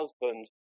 husband